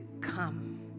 come